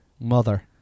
Mother